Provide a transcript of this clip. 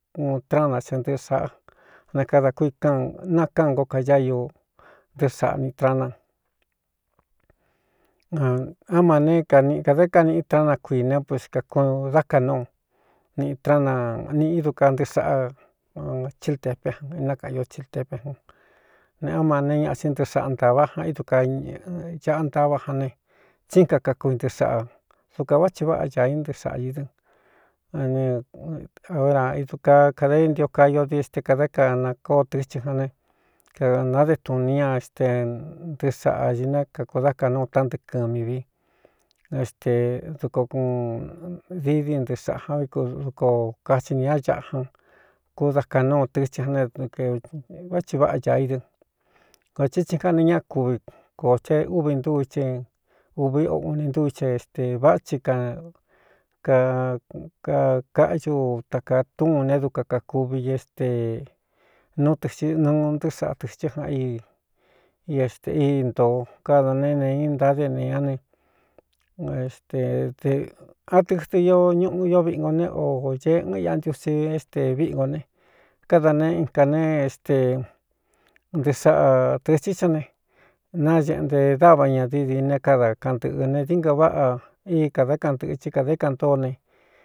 Kuun trána cɨ ntɨꞌɨ sāꞌa na kadā kuikan nakáan nko kaáiu ntɨɨ́ saꞌa niꞌ trana aá mane nꞌkādá kaniꞌi trana kuiīné pués kak dá kanúu niꞌi traana niꞌi idu ka ntɨɨ saꞌa cíltepé jan inákaꞌn ño csɨltepe jun neꞌá ma ne ñaꞌa sin ntɨɨ saꞌa ntāvá jan ídu ka ñaꞌa ntava jan ne tsín kakakuvi ntɨɨ saꞌa dukān vá thi váꞌa ñaā í ntɨɨ sāꞌa ñi dɨn anɨ óra idu ka kada éntio kayo di este kādá kana koo tɨchɨ jan ne kanade tun ni ña éste ntɨɨ saꞌa ñi ne kakūdá kanúu tántɨɨ kɨn mi vi éste duko kun diídi ntɨɨ saꞌa jan viko duko kathi nī a ñāꞌa jan ku dá kaꞌnúu tɨthɨ jan ne vá thi váꞌa ñāā í dɨ kō tí tsi gane ñáꞌa kuvi kōo cha úvi ntú ichɨ uvi o uni ntú iche este vá thi ka ka kakaꞌyu takaa túūn ne duka kakuvi i éste nú tɨcɨ nuu ntɨ saꞌa tɨ̄chɨ́ jan i i estē í ntōo kada neé inee í ntadéneña ne ede a tɨdɨ io ñuꞌu ió viꞌi ngo ne o ñeeꞌɨɨn iꞌa ntiusi éstē viꞌi ngo ne káda nee in kā ne éste ntɨɨ saꞌa tɨ̄tsí sán ne nañeꞌɨ nte dáva ñadií dine káda kaꞌan ntɨ̄ꞌɨ ne dií nga váꞌa í kadá kaꞌantɨ̄ꞌɨ chɨ́ kādā kaꞌan ntōo ne.